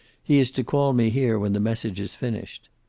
he is to call me here when the message is finished.